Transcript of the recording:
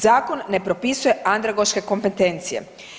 Zakon ne propisuje andragoške kompetencije.